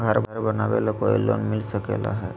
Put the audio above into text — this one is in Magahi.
घर बनावे ले कोई लोनमिल सकले है?